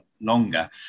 longer